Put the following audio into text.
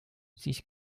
sich